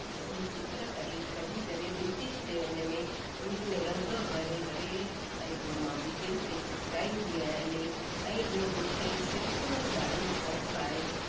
चित्रकरी कढी करे भितियुनि ते उनमें उन्हनि में रंग भरे करे ऐं पोइ मां भितियुनि ते चिपकाईंदी आहियां इने ऐं ॿियों मूंखे शिल्प जो बि ॾाढो शौंक़ु आहे